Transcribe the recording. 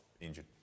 injured